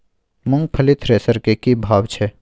मूंगफली थ्रेसर के की भाव छै?